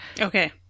Okay